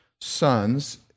sons